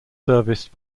serviced